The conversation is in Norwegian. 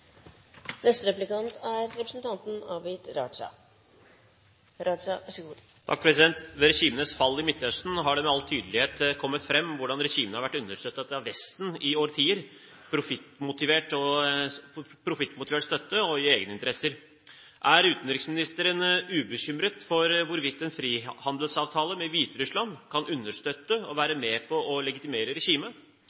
Ved regimenes fall i Midtøsten har det med all tydelighet kommet fram hvordan regimene har vært understøttet av Vesten i årtier – profittmotivert støtte og i egeninteresser. Er utenriksministeren ubekymret for hvorvidt en frihandelsavtale med Hviterussland kan understøtte og